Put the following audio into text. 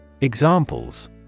Examples